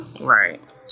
Right